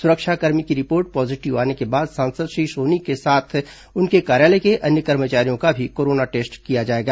सुरक्षाकर्मी की report positive आने के बाद सांसद श्री सोनी के साथ उनके कार्यालय के अन्य कर्मचारियों का भी कोरोना टेस्ट किया जाएगा